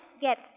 get